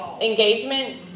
engagement